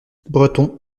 breton